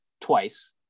twice